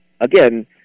again